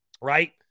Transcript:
right